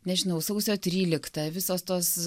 nežinau sausio trylikta visos tos